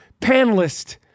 panelist